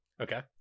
Okay